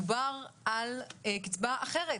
מדובר על קצבה אחרת.